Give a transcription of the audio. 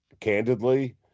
candidly